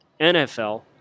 NFL